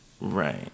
Right